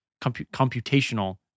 computational